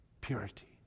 purity